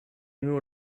new